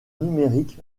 numérique